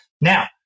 Now